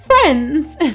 friends